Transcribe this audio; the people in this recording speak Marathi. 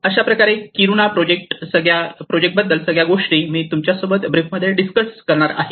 अशाप्रकारे किरूना प्रोजेक्टबद्दल सगळ्या गोष्टी मी तुमच्यासोबत ब्रीफ मध्ये डिस्कस करणार आहे